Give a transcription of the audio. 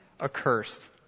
accursed